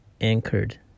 anchored